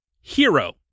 Hero